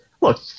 look